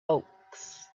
oaks